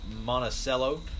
Monticello